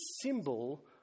symbol